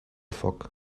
foc